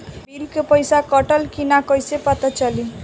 Bill के पइसा कटल कि न कइसे पता चलि?